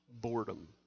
boredom